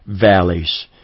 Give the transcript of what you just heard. valleys